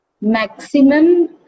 maximum